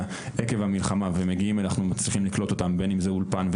עקב המלחמה אנחנו מצליחים לקלוט אותם בין אם זה אולפן,